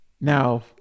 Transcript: Now